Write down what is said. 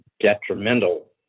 detrimental